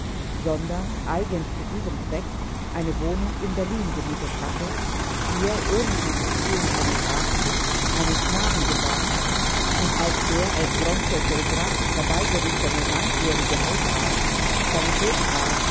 sondern eigens zu diesem zweck eine wohnung in berlin gemietet hatte hier ohne hinzuziehung eines arztes einen knaben gebar und als der aus wronke telegraphisch herbeigerufene langjährige hausarzt